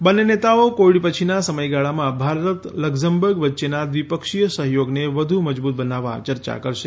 બંને નેતાઓ કોવિડ પછીના સમયગાળામાં ભારત લકઝમબર્ગ વચ્ચેના દ્વિપક્ષીય સહયોગને વધુ મજબૂત બનાવવા ચર્ચા કરશે